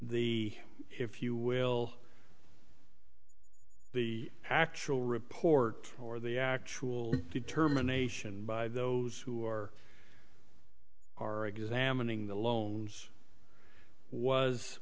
the if you will the actual report or the actual determination by those who are are examining the loans was